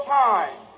time